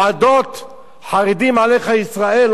חרדים עליך ישראל, אוי ויי, מה יקרה.